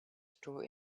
true